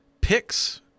Picks